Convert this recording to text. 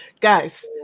guys